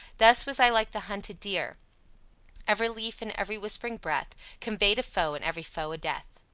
thus was i like the hunted deer ev'ry leaf and ev'ry whisp'ring breath convey'd a foe, and ev'ry foe a death.